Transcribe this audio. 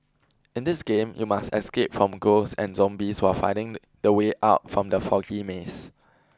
in this game you must escape from ghosts and zombies while finding the way out from the foggy maze